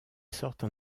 sortent